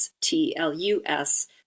T-L-U-S